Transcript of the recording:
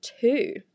two